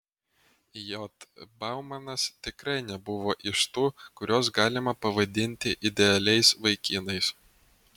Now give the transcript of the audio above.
j baumanas tikrai nebuvo iš tų kuriuos galima pavadinti idealiais vaikinais